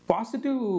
Positive